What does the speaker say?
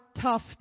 tough